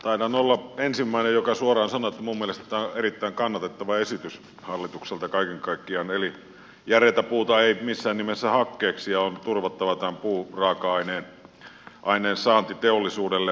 taidan olla ensimmäinen joka suoraan sanoo että minun mielestäni tämä on erittäin kannatettava esitys hallitukselta kaiken kaikkiaan eli järeätä puuta ei missään nimessä hakkeeksi ja on turvattava tämän puuraaka aineen saanti teollisuudelle